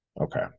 Okay